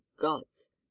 gods